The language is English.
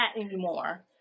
anymore